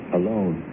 alone